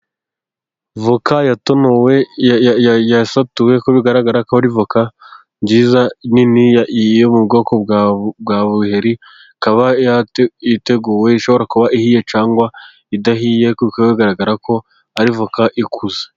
Voka yatonowe yasatuwe uko bigaragarako ikaba ari voka nziza nini yo mu bwoko bwa buheri. Ikaba iteguwe ishobora kuba ihiye cyangwa idahiye, kuko bigaragarako ari voka ikuze.